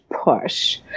push